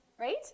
right